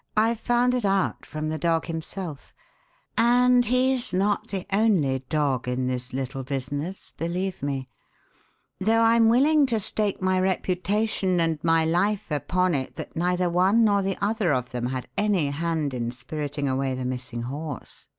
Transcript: i found it out from the dog himself and he's not the only dog in this little business, believe me though i'm willing to stake my reputation and my life upon it that neither one nor the other of them had any hand in spiriting away the missing horse.